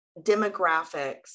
demographics